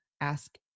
Ask